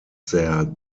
their